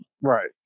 Right